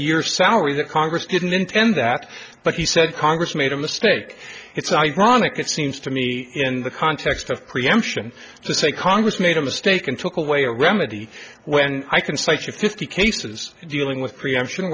year salary that congress didn't intend that but he said congress made a mistake it's ironic it seems to me in the context preemption to say congress made a mistake and took away a remedy when i can cite you fifty cases dealing with preemption